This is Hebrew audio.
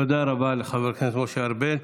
תודה רבה לחבר הכנסת משה ארבל.